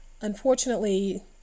Unfortunately